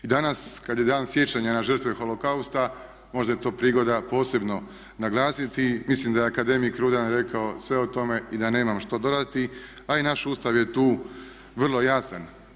I danas kada je dan sjećanja na žrtve holokausta možda je to prigoda posebno naglasiti, mislim da je akademik Rudan rekao sve o tome i da nemam šta dodati ali naš Ustav je tu vrlo jasan.